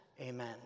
Amen